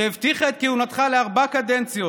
שהבטיחה את כהונתך לארבע קדנציות,